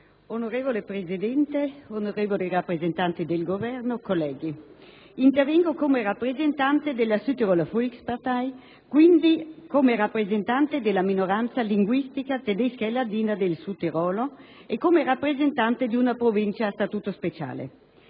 onorevole Presidente del Consiglio, onorevoli rappresentanti del Governo, colleghi, intervengo come rappresentante della Südtiroler Volkspartei, quindi come rappresentante della minoranza linguistica tedesca e ladina del Sudtirolo e come rappresentante di una Provincia a statuto speciale.